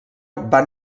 van